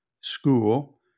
school